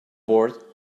board